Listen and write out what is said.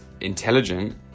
intelligent